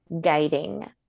guiding